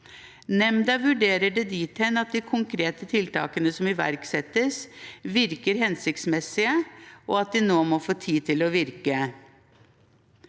Nemnda vurderer det dit hen at de konkrete tiltakene som iverksettes, virker hensiktsmessige, og at de nå må få tid til å virke.